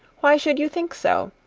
why should you think so?